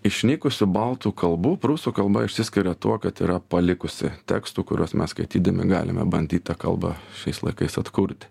išnykusių baltų kalbų prūsų kalba išsiskiria tuo kad yra palikusi tekstų kuriuos mes skaitydami galime bandyt tą kalbą šiais laikais atkurti